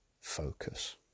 focus